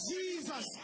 Jesus